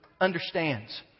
Understands